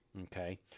Okay